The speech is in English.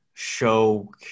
show